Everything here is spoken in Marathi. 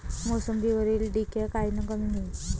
मोसंबीवरील डिक्या कायनं कमी होईल?